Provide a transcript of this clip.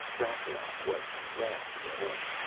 rastignac was the last to get in.